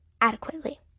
adequately